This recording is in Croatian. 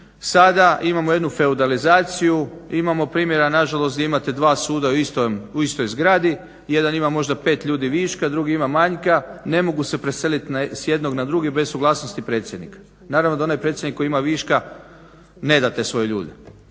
Sada imamo jednu feudalizaciju. Imamo primjera na žalost gdje imate dva suda u istoj zgradi. Jedan ima možda pet ljudi viška, drugi ima manjka. Ne mogu se preselit s jednog na drugi bez suglasnosti predsjednika. Naravno da onaj predsjednik koji ima viška neda te svoje ljude